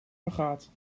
vergaat